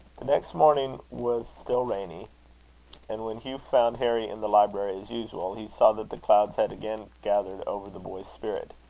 the next morning was still rainy and when hugh found harry in the library as usual, he saw that the clouds had again gathered over the boy's spirit.